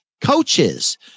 coaches